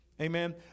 Amen